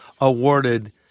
awarded